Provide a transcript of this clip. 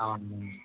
అవునండి